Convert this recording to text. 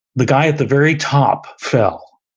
the guy at the very top fell,